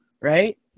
right